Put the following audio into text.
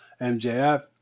MJF